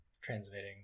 transmitting